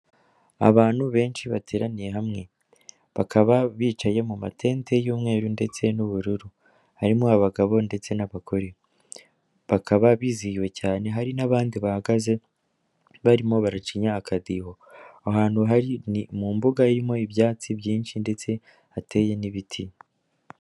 Abantu benshi bateraniye hamwe, bakaba bicaye mu matente y'umweru ndetse n'ubururu, harimo abagabo ndetse n'abagore, bakaba bizihiwe cyane, hari n'abandi bahagaze barimo baracinya akadiho, aho hantu bari ni mu mbuga irimo ibyatsi byinshi ndetse hateye n'ibiti.